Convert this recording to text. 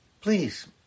please